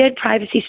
privacy